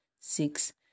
six